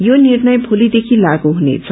यो निर्णय भोलीदेखि लागू हुनेछ